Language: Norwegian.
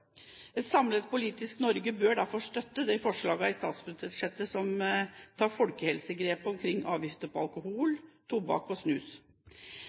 Et samlet politisk Norge bør derfor støtte de forslagene i statsbudsjettet som tar folkehelsegrep omkring avgifter på alkohol, tobakk og snus.